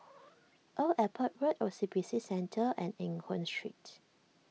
Old Airport Road O C B C Centre and Eng Hoon Street